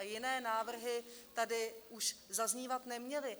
Jiné návrhy tady už zaznívat neměly.